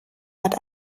hat